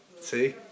see